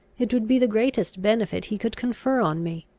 it would be the greatest benefit he could confer on me.